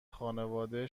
خانواده